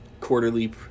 quarterly